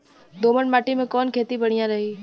दोमट माटी में कवन खेती बढ़िया रही?